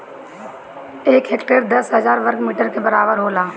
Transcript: एक हेक्टेयर दस हजार वर्ग मीटर के बराबर होला